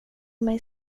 mig